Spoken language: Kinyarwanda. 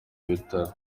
bitaro